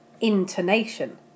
intonation